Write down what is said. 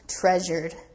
treasured